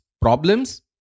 problems